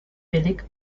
billig